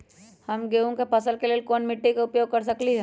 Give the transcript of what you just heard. हम गेंहू के फसल के लेल कोन मिट्टी के उपयोग कर सकली ह?